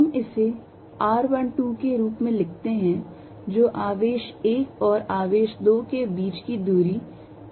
हम इसे r12 के रूप में लिखते हैं जो आवेश 1 और आवेश 2 के बीच की दूरी इंगित करता है